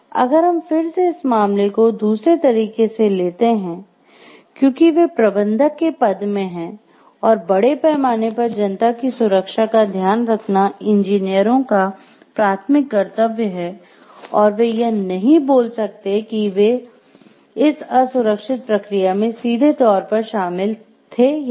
अगर हम फिर से इस मामले को दूसरे तरीके से लेते हैं क्योंकि वे प्रबंधक के पद में हैं और बड़े पैमाने पर जनता की सुरक्षा का ध्यान रखना इंजीनियरों का प्राथमिक कर्तव्य है और वे यह नहीं बोल सकते कि वे इस असुरक्षित प्रक्रिया में सीधे तौर पर शामिल थे या नहीं